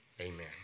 Amen